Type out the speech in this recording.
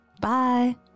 bye